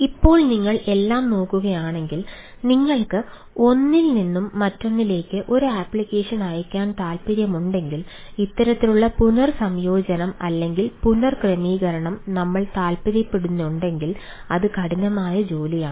ഇപ്പോൾ നിങ്ങൾ എല്ലാം നോക്കുകയാണെങ്കിൽ നിങ്ങൾക്ക് ഒന്നിൽ നിന്നും മറ്റൊന്നിലേക്ക് ഒരു അപ്ലിക്കേഷൻ അയയ്ക്കാൻ താൽപ്പര്യമുണ്ടെങ്കിൽ ഇത്തരത്തിലുള്ള പുനർസംയോജനം അല്ലെങ്കിൽ പുനർ ക്രമീകരിക്കാൻ നമ്മൾ താൽപ്പര്യപ്പെടുന്നെങ്കിൽ അത് കഠിനമായ ജോലിയാണ്